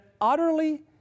utterly